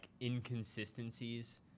inconsistencies